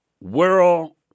world